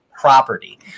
property